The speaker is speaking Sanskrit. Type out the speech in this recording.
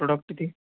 प्रोडक्ट् इति